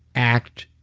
act,